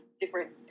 different